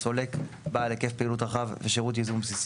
"סולק בעל היקף פעילות רחב" ו"שירות ייזום בסיסי"